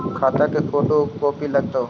खाता के photo copy लगहै?